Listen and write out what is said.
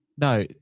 No